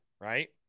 right